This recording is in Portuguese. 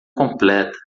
completa